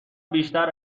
بیشتر